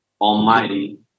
Almighty